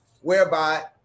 whereby